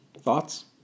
thoughts